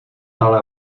ale